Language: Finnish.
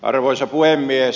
arvoisa puhemies